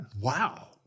wow